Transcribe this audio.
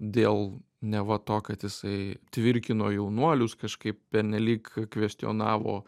dėl neva to kad jisai tvirkino jaunuolius kažkaip pernelyg kvestionavo